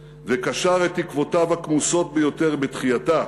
וקשר את תקוותיו הכמוסות ביותר בתחייתה,